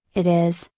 it is,